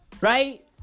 Right